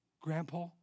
grandpa